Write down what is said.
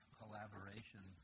collaboration